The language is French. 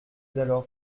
alors